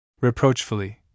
Reproachfully